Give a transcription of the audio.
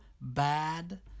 bad